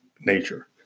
nature